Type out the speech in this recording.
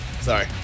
Sorry